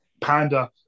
panda